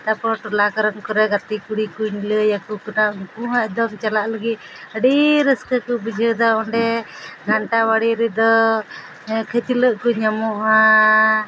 ᱛᱟᱯᱚᱨ ᱴᱚᱞᱟ ᱠᱚᱨᱮᱱ ᱠᱚ ᱠᱚᱨᱮ ᱜᱟᱛᱮ ᱠᱩᱲᱤ ᱠᱚᱧ ᱞᱟᱹᱭ ᱟᱠᱚ ᱠᱟᱱᱟ ᱩᱱᱠᱩ ᱦᱚᱸ ᱮᱠᱫᱚᱢ ᱪᱟᱞᱟᱜ ᱞᱟᱹᱜᱤᱫ ᱟᱹᱰᱤ ᱨᱟᱹᱥᱠᱟᱹ ᱠᱚ ᱵᱩᱡᱷᱟᱹᱣᱮᱫᱟ ᱚᱸᱰᱮ ᱜᱷᱟᱱᱴᱟ ᱵᱟᱲᱮ ᱨᱮᱫᱚ ᱠᱷᱟᱪᱞᱟᱹᱜ ᱠᱚ ᱧᱟᱢᱚᱜᱼᱟ